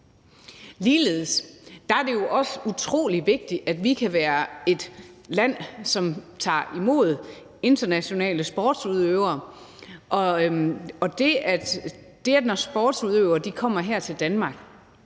Ligeledes er det jo også utrolig vigtigt, at vi kan være et land, som tager imod internationale sportsudøvere. Når sportsudøvere kommer her til Danmark,